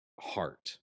heart